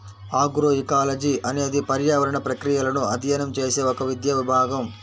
agroecology అనేది పర్యావరణ ప్రక్రియలను అధ్యయనం చేసే ఒక విద్యా విభాగం